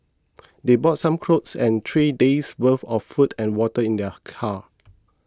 they brought some clothes and three days worth of food and water in their car